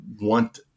want